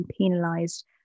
penalised